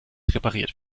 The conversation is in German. repariert